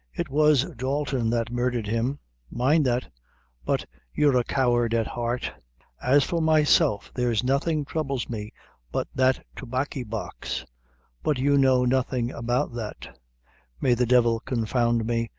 it was dalton that murdhered him mind that but you're a coward at heart as for myself there's nothing troubles me but that tobaccy-box but you know nothing about that may the divil confound me,